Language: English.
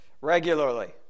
regularly